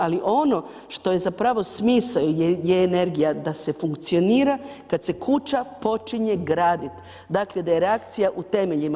Ali ono što je zapravo smisao je energija da se funkcionira kada se kuća počinje graditi, dakle da je reakcija u temeljima.